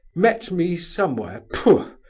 met me somewhere, pfu!